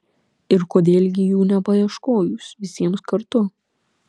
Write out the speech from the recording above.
ir kodėl gi jų nepaieškojus visiems kartu